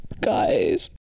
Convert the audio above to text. Guys